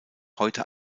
heute